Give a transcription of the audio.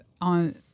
on